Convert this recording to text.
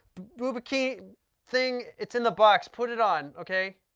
boo-ba-ki thing. it's in the box. put it on, okay?